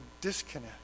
disconnect